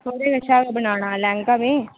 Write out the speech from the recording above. थुआढ़े कशा गै बनाना लैह्ंगा ते